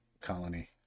colony